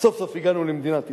סוף-סוף הגענו למדינת ישראל,